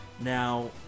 now